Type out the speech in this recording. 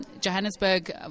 Johannesburg